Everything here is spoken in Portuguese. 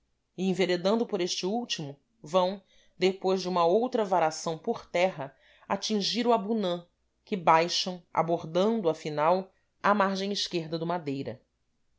enveredando por este último vão depois de uma outra varação por terra atingir o abunã que baixam abordando afinal à margem esquerda do madeira